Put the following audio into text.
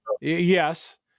yes